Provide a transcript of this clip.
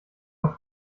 auf